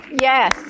Yes